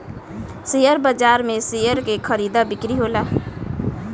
share बाजार में share के खरीदा बिक्री होला